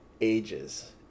ages